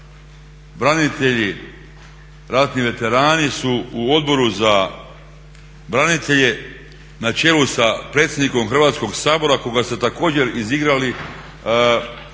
branitelji, ratni veterani su u Odboru za branitelje na čelu sa predsjednikom Hrvatskog sabora koga ste također izigrali